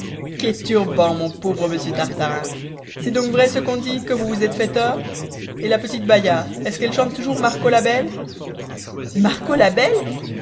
turban mon pauvre monsieur tartarin c'est donc vrai ce qu'on dit que vous vous êtes fait teur et la petite baïa est-ce qu'elle chante toujours marco la belle marco la belle